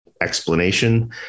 explanation